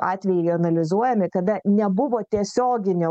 atvejai analizuojami kada nebuvo tiesioginio